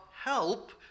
help